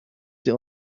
sie